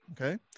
okay